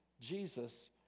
Jesus